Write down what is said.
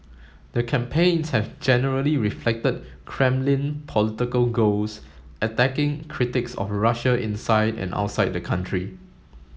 the campaigns have generally reflected Kremlin political goals attacking critics of Russia inside and outside the country